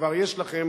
כבר יש לכם